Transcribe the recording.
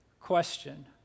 question